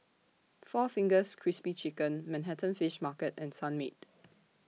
four Fingers Crispy Chicken Manhattan Fish Market and Sunmaid